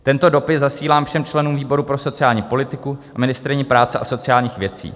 Tento dopis zasílám všem členům výboru pro sociální politiku a ministryni práce a sociálních věcí.